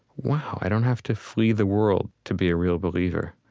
wow, i don't have to flee the world to be a real believer.